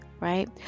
right